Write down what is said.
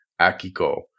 Akiko